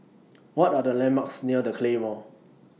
What Are The landmarks near The Claymore